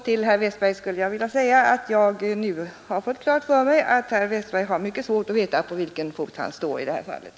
Till herr Westberg i Ljusdal vill jag säga att jag nu har fått klart för mig att herr Westberg har mycket svårt att veta på vilken fot han står i det här fallet.